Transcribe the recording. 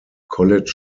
college